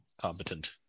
competent